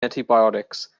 antibiotics